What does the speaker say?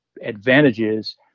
advantages